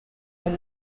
and